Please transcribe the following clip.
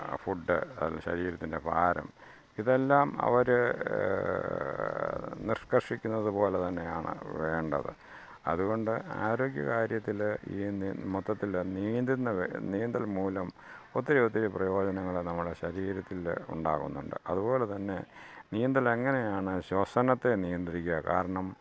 food അത് ശരീരത്തിൻ്റെ ഭാരം ഇതെല്ലാം അവർ നിഷ്കർഷിക്കുന്നതുപോലെ തന്നെയാണ് വേണ്ടത് അതുകൊണ്ട് ആരോഗ്യകാര്യത്തിൽ ഈ മൊത്തത്തിൽ നീന്തുന്നത് നീന്തൽ മൂലം ഒത്തിരി ഒത്തിരി പ്രയോജനങ്ങൾ നമ്മുടെ ശരീരത്തിൽ ഉണ്ടാവുന്നുണ്ട് അതുപോലെ തന്നെ നീന്തൽ അങ്ങനെയാണ് ശ്വസനത്തെ നിയന്ത്രിക്കുക കാരണം